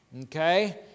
Okay